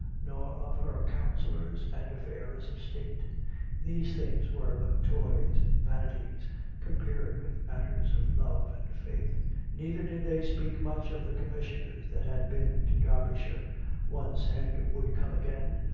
nor of her counsellors and affairs of s'tate these things were but toys and vanities compared with matters of love and faith neither did they speak much of the commission ers that had been to derbyshire once and would come again,